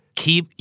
keep